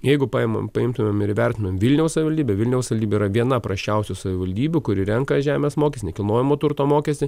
jeigu paimam paimtumėm ir įvertintumėm vilniaus savivaldybę vilniaus savivaldybė yra viena prasčiausių savivaldybių kuri renka žemės mokestį nekilnojamo turto mokestį